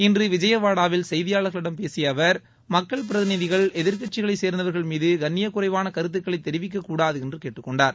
இன்று விஜயவாடாவில் செய்தியாளர்களிடம் பேசிய அவர் மக்கள் பிரதிநிதிகள் எதிர்க்கட்சிகளைச் சேர்ந்தவர்கள் மீது கண்ணியக்குறைவான கருத்துக்களை தெரிவிக்கக்கூடாது என்று கேட்டுக்கொண்டார்